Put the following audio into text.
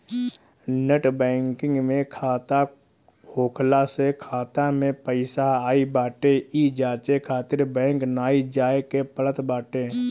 net banking में खाता होखला से खाता में पईसा आई बाटे इ जांचे खातिर बैंक नाइ जाए के पड़त बाटे